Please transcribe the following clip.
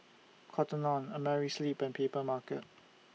Cotton on Amerisleep and Papermarket